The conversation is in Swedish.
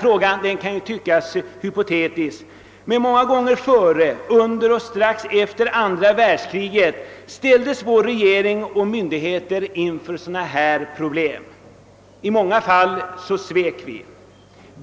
Frågan kan synas vara hypotetisk, men många gånger före, under och strax efter andra världskriget ställdes vår regering och våra myndigheter inför sådana problem. I många fall svek vi.